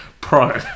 pro